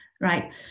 right